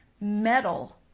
metal